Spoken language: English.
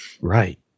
Right